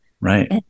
right